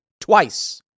twice